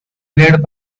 played